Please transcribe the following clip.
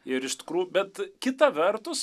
ir iš tikrų bet kita vertus